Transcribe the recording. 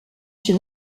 chez